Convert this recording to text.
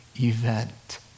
event